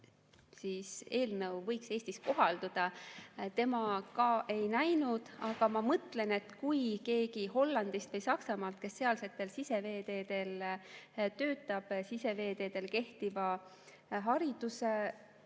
see eelnõu võiks Eestis kohalduda. Tema ka ei näinud. Aga ma mõtlen, et kui keegi Hollandist või Saksamaalt, kes sealsetel siseveeteedel töötab siseveeteedel kehtiva diplomiga